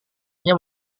nya